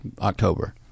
October